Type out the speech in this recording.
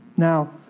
Now